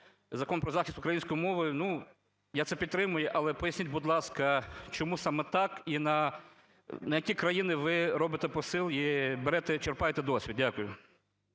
Закон про захист української мови, ну, я це підтримаю. Але поясніть, будь ласка, чому саме так? І на які країни ви робите посил і берете, черпаєте досвід? Дякую.